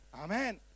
Amen